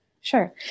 Sure